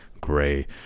gray